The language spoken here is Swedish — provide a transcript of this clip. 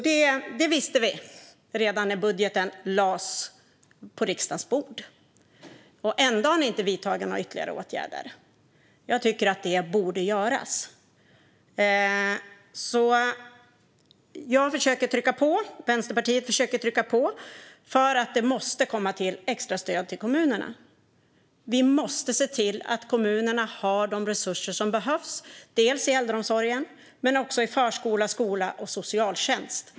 Detta visste vi alltså redan när budgeten lades på riksdagens bord. Ändå har ni inte vidtagit några ytterligare åtgärder. Jag tycker att det borde göras. Jag och Vänsterpartiet försöker trycka på för att det ska komma till extra stöd till kommunerna. Vi måste se till att kommunerna har de resurser som behövs, dels i äldreomsorgen, dels i förskola, skola och socialtjänst.